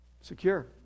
secure